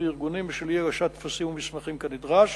וארגונים בשל אי-הגשת טפסים ומסמכים כנדרש